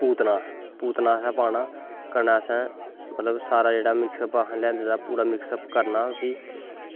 पूतना पूतनां असें पाना कन्नै असें मतलब सारा जेह्ड़ा मिक्सअप हा आंदे दा पूरा मिक्सअप करना उस्सी